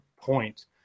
point